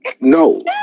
No